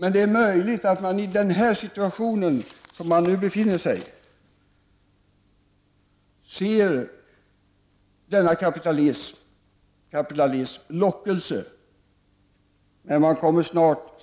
Det är dock möjligt att man i den situation som man nu befinner sig i ser kapitalismens lockelse, men man kommer